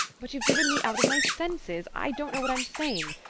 but you've driven me out of my senses i don't know what i'm saying.